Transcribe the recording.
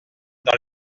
dans